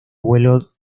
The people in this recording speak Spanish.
vuelo